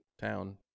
town